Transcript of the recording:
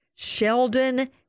Sheldon